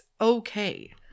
okay